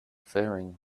faring